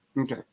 okay